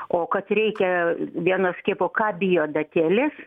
o kad reikia vieno skiepo ką bijo adatėlės